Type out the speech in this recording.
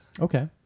Okay